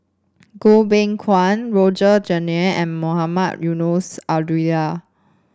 Goh Beng Kwan Roger Jenkins and Mohamed Eunos Abdullah